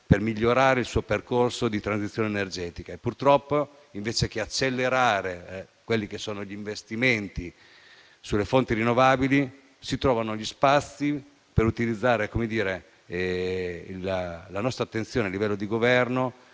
per migliorare il suo percorso di transizione energetica. Purtroppo, però, invece di accelerare gli investimenti sulle fonti rinnovabili, si trovano gli spazi per indirizzare la nostra attenzione a livello di Governo